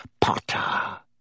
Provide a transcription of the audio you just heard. Potter